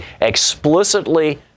explicitly